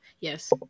Yes